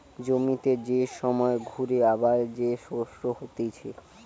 জমিতে যে সময় ঘুরে আবার যে শস্য হতিছে